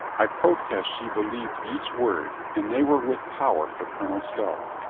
i protest she believed each word, and they were with power for colonel stow.